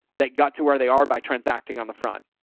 that got to where they are by transacting on the front.